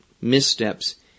missteps